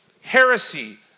heresy